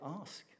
ask